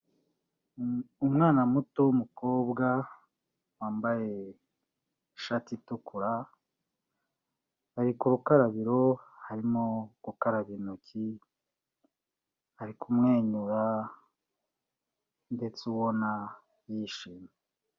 Umwana muto w'umukobwa wambaye ishati itukura, ari ku rukarabiro arimo gukaraba intoki, ari kumwenyura ndetse ubona yishimye.